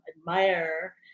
admire